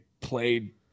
played